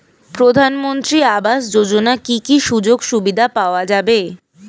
প্রধানমন্ত্রী আবাস যোজনা কি কি সুযোগ সুবিধা পাওয়া যাবে?